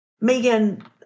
Megan